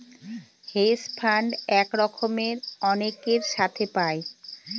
hedge fund এক রকমের অনেকের সাথে পায়